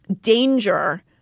Danger